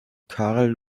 carl